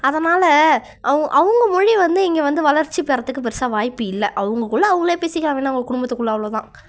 அதனால் அவங்க அவங்க மொழி வந்து இங்கே வந்து வளர்ச்சி பெறுறத்துக்கு பெருசாக வாய்ப்பு இல்லை அவங்கக்குள்ள அவங்களே பேசிக்கிறாங்க என்ன அவங்க குடும்பத்துக்குள்ளே அவ்வளோதான்